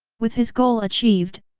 with his goal achieved,